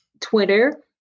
Twitter